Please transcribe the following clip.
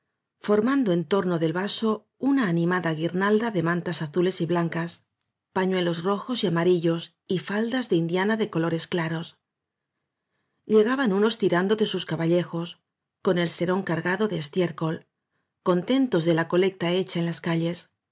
mando en torno del vaso una animada guirnalda de mantas azules y blancas pañuelos rojos y amarillos y faldas de indiana de colores claros llegaban unos tirando de sus caballejos con el serón cargado de estiércol contentos de la colecta hecha en las calles